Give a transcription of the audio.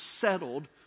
settled